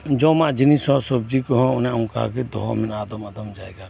ᱡᱚᱢᱟᱜ ᱡᱤᱱᱤᱥ ᱦᱚᱸ ᱥᱚᱵᱡᱤ ᱠᱚᱦᱚᱸ ᱚᱱᱮ ᱚᱱᱠᱟᱜᱤ ᱫᱚᱦᱚ ᱢᱮᱱᱟᱜᱼᱟ ᱟᱫᱚᱢ ᱟᱫᱚᱢ ᱡᱟᱭᱜᱟ ᱨᱮ